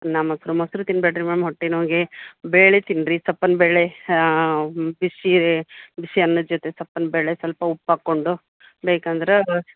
ಅನ್ನ ಮೊಸರು ಮೊಸರು ತಿನ್ನಬೇಡ್ರಿ ಮ್ಯಾಮ್ ಹೊಟ್ಟೆ ನೋವಿಗೆ ಬೇಳೆ ತಿನ್ನಿರಿ ಸಪ್ಪನ ಬೇಳೆ ಬಿಸಿ ಬಿಸಿ ಅನ್ನದ ಜೊತೆ ಸಪ್ಪಂದು ಬೇಳೆ ಸ್ವಲ್ಪ ಉಪ್ಪು ಹಾಕಿಕೊಂಡು ಬೇಕಂದ್ರೆ